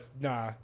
Nah